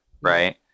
Right